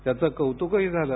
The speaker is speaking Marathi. त्याचं कौतुकही झालं